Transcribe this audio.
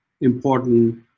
important